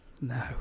No